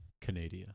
Canada